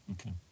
Okay